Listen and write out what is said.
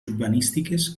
urbanístiques